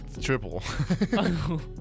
triple